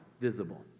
visible